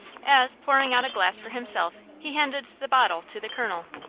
as, pouring out a glass for himself, he handed the bottle to the colonel.